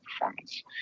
performance